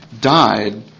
died